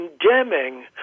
condemning